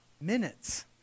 minutes